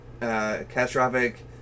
catastrophic